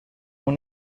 muy